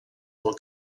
pel